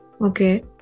Okay